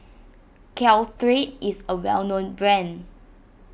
Caltrate is a well known brand